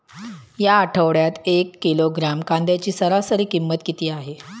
या आठवड्यात एक किलोग्रॅम कांद्याची सरासरी किंमत किती आहे?